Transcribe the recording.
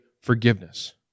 forgiveness